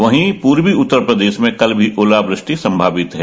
वहीं पूर्वी उत्तर प्रदेश में कल भी ओलावृष्टि सम्भावित है